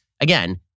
again